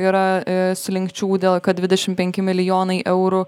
yra slinkčių dėl kad dvidešim penki milijonai eurų